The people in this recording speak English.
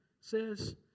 says